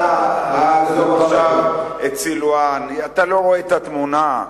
עזוב עכשיו את סילואן, אתה לא רואה את התמונה.